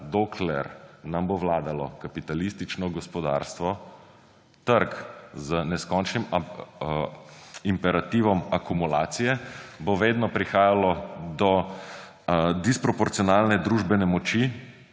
dokler nam bo vladalo kapitalistično gospodarstvo, trg z neskončnim imperativom akumulacije, bo vedno prihajalo do disproporcionalne družbene moči,